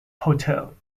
hotel